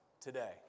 today